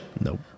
Nope